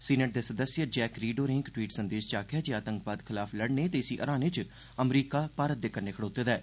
senate दे सदस्य Jack Reed होरें इक टवीट् संदेस च आखेआ ऐ जे आतंकवाद खलाफ लड़ने ते इसी हराने च अमरीकाए भारत दे कन्नै खड़ोते दा ऐ